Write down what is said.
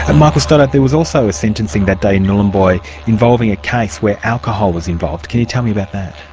ah michael stoddart, there was also a sentencing that day in nhulunbuy involving a case where alcohol was involved. can you tell me about that?